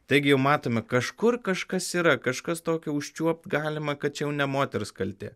taigi matome kažkur kažkas yra kažkas tokio užčiuopt galima kad čia jau ne moters kaltė